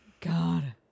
God